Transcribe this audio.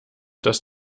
dass